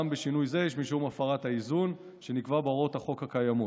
גם בשינוי זה יש משום הפרת האיזון שנקבע בהוראות החוק הקיימות.